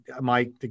Mike